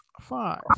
five